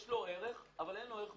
יש לו ערך, אבל הוא לא גבוה.